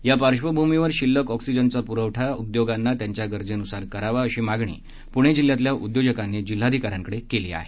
या पार्श्वभूमीवर शिल्लक ऑक्सिजनचा पुरवठा उद्योगांना त्यांच्या गरजेनुसार करावा अशी मागणी पुणे जिल्ह्यातल्या उद्योजकांनी जिल्हाधिकाऱ्यांकडे केली आहे